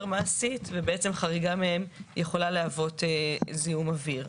מעשית ובעצם חריגה מהם יכולה להוות זיהום אוויר.